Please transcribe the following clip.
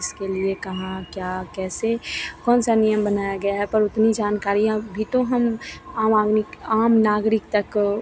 किसके लिए कहाँ क्या कैसे कौन सा नियम बनाया गया है पर उतनी जानकारियाँ भी तो हम आम आदमी का आम नागरिक तक